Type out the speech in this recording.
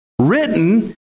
written